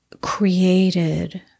created